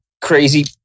crazy